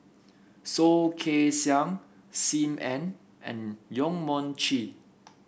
Soh Kay Siang Sim Ann and Yong Mun Chee